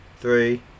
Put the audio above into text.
three